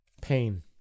pain